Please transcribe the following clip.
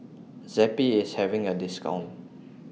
Zappy IS having A discount